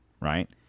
right